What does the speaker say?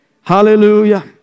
Hallelujah